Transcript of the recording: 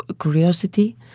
curiosity